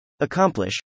Accomplish